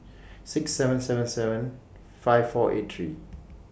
six seven seven seven five four eight three